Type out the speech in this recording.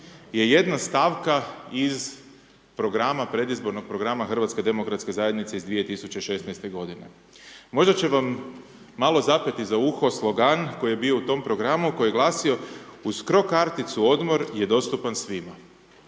je jedna stavka iz programa, predizbornog programa Hrvatske demokratske zajednice, iz 2016. godine. Možda će vam malo zapeti za uho slogan, koji je bio u tom programu, koji je glasio: „Uz CRO karticu, odmor je dostupan svima.“